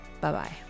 bye-bye